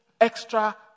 extra